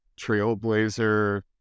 trailblazer